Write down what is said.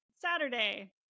Saturday